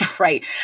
Right